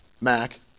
Mac